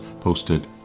posted